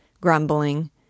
grumbling